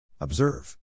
observe